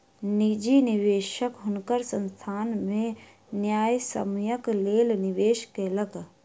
निजी निवेशक हुनकर संस्थान में न्यायसम्यक लेल निवेश केलक